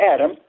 Adam